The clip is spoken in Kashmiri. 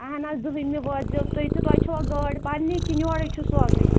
اَہَن حظ دٔہِٕمہِ وٲتۍزیو تُہۍ تہٕ تۄہہِ چھوا گٲڑۍ پنٛنی کِنہٕ یورَے چھُ سوزٕنۍ